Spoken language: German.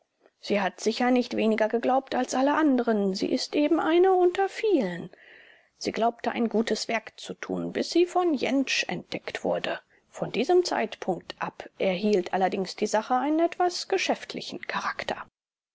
sie hat sicher nicht weniger geglaubt als alle anderen sie ist eben eine unter vielen sie glaubte ein gutes werk zu tun bis sie von jentsch entdeckt wurde von diesem zeitpunkt ab erhielt allerdings die sache einen etwas geschäftlichen charakter